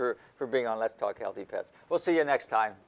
for for being on let's talk healthy pets we'll see you next time